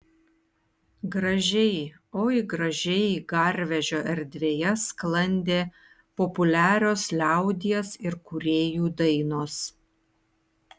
gražiai oi gražiai garvežio erdvėje sklandė populiarios liaudies ir kūrėjų dainos